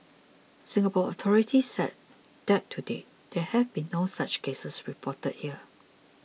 Singapore authorities said that to date there have been no such cases reported here